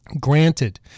Granted